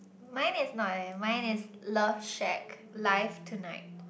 mine is not eh mine is love shack life tonight